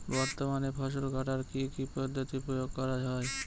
বর্তমানে ফসল কাটার কি কি পদ্ধতি প্রয়োগ করা হয়?